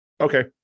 Okay